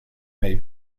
may